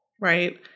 right